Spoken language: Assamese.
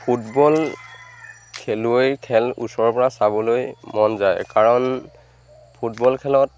ফুটবল খেলুৱৈৰ খেল ওচৰৰপৰা চাবলৈ মন যায় কাৰণ ফুটবল খেলত